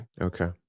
Okay